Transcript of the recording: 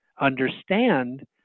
understand